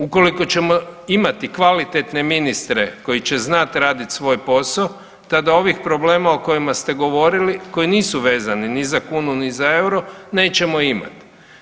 Ukoliko ćemo imati kvalitetne ministre koji će znati raditi svoj posao, tada ovih problema o kojima ste govorili koji nisu vezani ni za kunu, ni za euro nećemo imati.